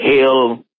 hell